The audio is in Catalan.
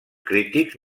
crítics